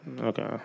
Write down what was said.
Okay